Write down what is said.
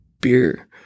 beer